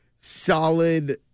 solid